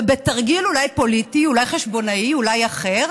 ובתרגיל, אולי פוליטי, אולי חשבונאי, אולי אחר,